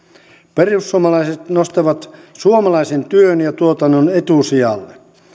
perussuomalaiset nostavat suomalaisen työn ja tuotannon etusijalle